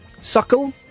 suckle